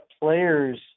players